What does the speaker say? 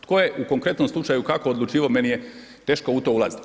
Tko je u konkretnom slučaju kako odlučivao, meni je teško u to ulaziti.